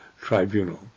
Tribunal